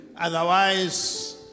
Otherwise